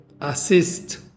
assist